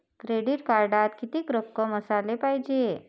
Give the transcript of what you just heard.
Credit कार्डात कितीक रक्कम असाले पायजे?